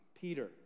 Peter